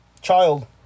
child